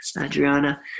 Adriana